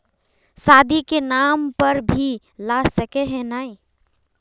शादी के नाम पर भी ला सके है नय?